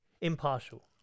impartial